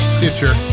Stitcher